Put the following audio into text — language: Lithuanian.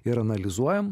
ir analizuojam